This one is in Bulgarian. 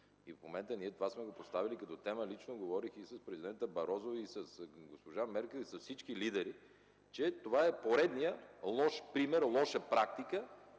И в момента ние това сме го поставили като тема. Лично говорих и с президента Барозу, и с госпожа Меркел, и с всички лидери, че това е поредният лош пример, лоша практика,